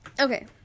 okay